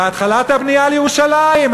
והתחלת הבנייה בירושלים.